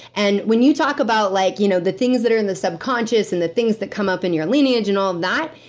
and when you talk about like you know the things that are in the subconscious, and the things that come up in your lineage, and all that.